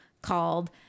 called